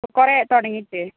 കുറെ ആയോ തുടങ്ങിയിട്ട്